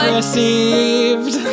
received